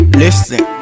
listen